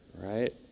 right